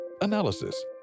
analysis